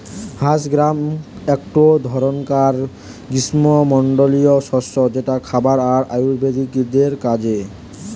horse gram একটো ধরণকার গ্রীস্মমন্ডলীয় শস্য যেটা খাবার আর আয়ুর্বেদের কাজ